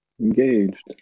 engaged